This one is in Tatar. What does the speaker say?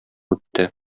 үтте